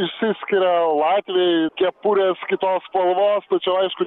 išsiskiria latviai kepurės kitos spalvos tačiau aišku